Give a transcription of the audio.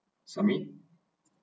submit